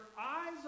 eyes